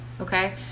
okay